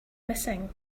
missing